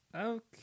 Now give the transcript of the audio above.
okay